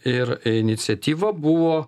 ir iniciatyva buvo